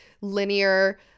linear